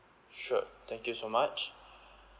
sure thank you so much